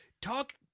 talk